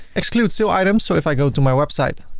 excludes sale items, so if i go to my website